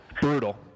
brutal